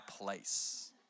place